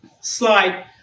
slide